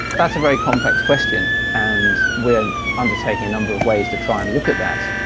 that's a very complex question and we're undertaking a number of ways to try and look at that.